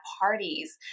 parties